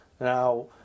Now